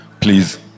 please